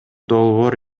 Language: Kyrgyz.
долбоор